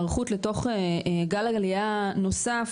בהיערכות לתוך גל עלייה נוסף,